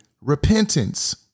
repentance